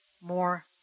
more